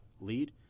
lead